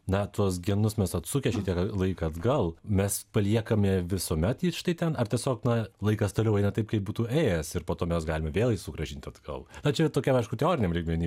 na tuos genus mes atsukę šiek tiek laiką atgal mes paliekame visuomet jį štai ten ar tiesiog na laikas toliau eina taip kaip būtų ėjęs ir po to mes galime vėl jį sugrąžinti atgal na čia tokiam aišku teoriniam lygmeny